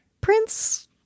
prince